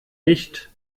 nicht